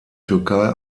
türkei